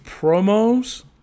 promos